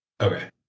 okay